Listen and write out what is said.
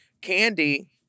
Candy